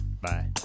Bye